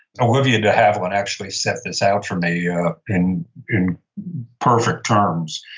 olivia de havilland actually set this out for me ah in in perfect terms.